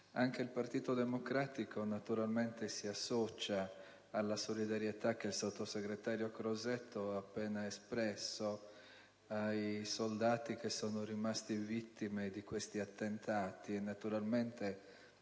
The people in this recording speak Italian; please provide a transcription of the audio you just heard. Anche il Partito Democratico naturalmente si associa alla solidarietà che il sottosegretario Crosetto ha appena espresso ai soldati che sono rimasti vittime di questi attentati e alle